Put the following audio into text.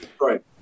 Right